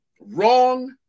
wrong